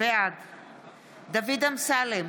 בעד דוד אמסלם,